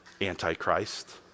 Antichrist